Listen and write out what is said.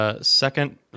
second